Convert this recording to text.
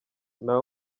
nta